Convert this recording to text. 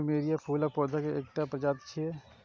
plumeria फूलक पौधा के एकटा प्रजाति छियै